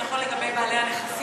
זה נכון לגבי בעלי הנכסים,